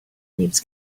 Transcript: needs